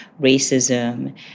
racism